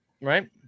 right